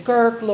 Kirk